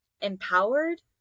empowered